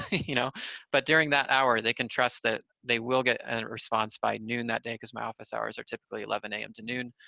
you know but during that hour they can trust that they will get a and response by noon that day because my office hours are typically eleven a m. to noon,